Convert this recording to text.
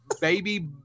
Baby